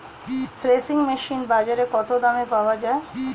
Threshing machine বাজারে কত দামে পাওয়া যায়?